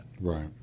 Right